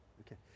okay